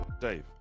Dave